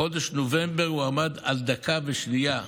בחודש נובמבר הוא עמד על דקה ושנייה,